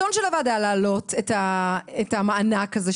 אנחנו פותחים את הישיבה של ועדת העבודה והרווחה בנושא מענק חימום.